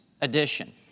edition